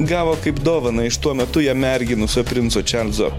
gavo kaip dovaną iš tuo metu ją merginusio princo čarlzo